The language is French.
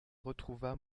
retrouva